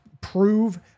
prove